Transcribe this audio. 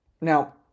Now